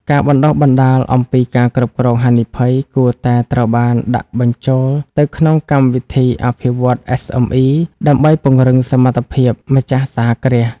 ការបណ្ដុះបណ្ដាលអំពីការគ្រប់គ្រងហានិភ័យ គួរតែត្រូវបានដាក់បញ្ចូលទៅក្នុងកម្មវិធីអភិវឌ្ឍន៍ SME ដើម្បីពង្រឹងសមត្ថភាពម្ចាស់សហគ្រាស។